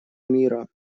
мира